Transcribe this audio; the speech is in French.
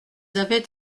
avaient